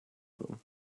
them